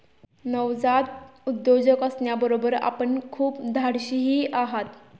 नवजात उद्योजक असण्याबरोबर आपण खूप धाडशीही आहात